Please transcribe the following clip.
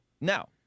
Now